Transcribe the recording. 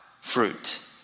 fruit